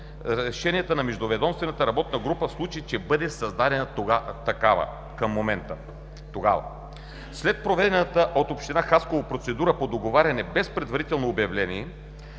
решенията на междуведомствената работна група, в случай че бъде създадена такава. След проведена от Община Хасково процедура по договаряне без предварително обявление,